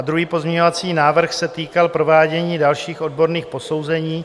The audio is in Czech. Druhý pozměňovací návrh se týkal provádění dalších odborných posouzení.